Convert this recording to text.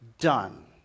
Done